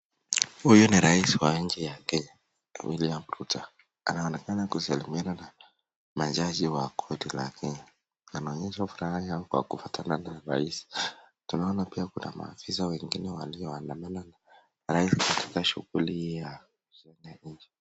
Huyu ni rais wa nchi ya Kenya William Rutto , anaonekana akisalimiana na majaji wa korti la Kenya wanaonyesha furaha kwa kukutana na rais . Tunaona pia kuna maafisa wengine walioandamana na Rais katika shughuli za kusaidia nchi.